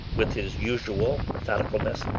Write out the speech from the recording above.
with his usual methodicalness,